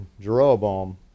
Jeroboam